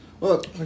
Look